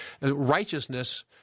righteousness